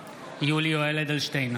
יולי יואל אדלשטיין,